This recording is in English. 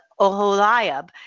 Oholiab